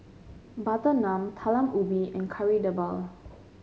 Butter Naan Talam Ubi and Kari Debal